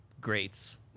greats